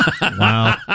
Wow